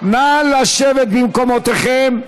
נא לשבת במקומותיכם.